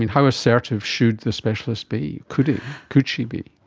and how assertive should the specialist be, could could she be?